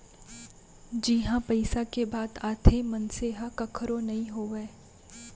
जिहाँ पइसा के बात आथे मनसे ह कखरो नइ होवय